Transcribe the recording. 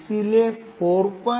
इसलिए 472 V